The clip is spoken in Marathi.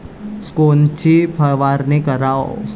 कोनची फवारणी कराव?